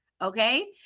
Okay